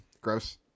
gross